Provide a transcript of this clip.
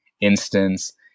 instance